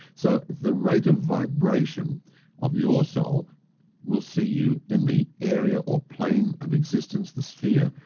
so the rate of vibration of your soul will see you in the area or plane of existence, the sphere,